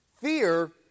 Fear